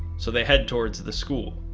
so they head towards the school.